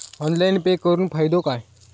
Online pay करुन फायदो काय?